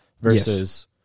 versus